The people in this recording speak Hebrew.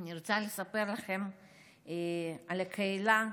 אני רוצה לספר לכם על קהילה,